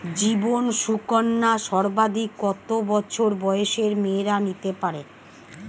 জীবন সুকন্যা সর্বাধিক কত বছর বয়সের মেয়েরা নিতে পারে?